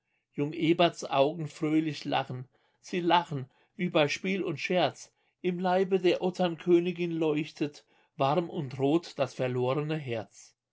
jung eberts augen fröhlich lachen sie lachen wie bei spiel und scherz im leibe der otternkönigin leuchtet warm und rot das verlorene herz